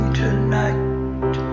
tonight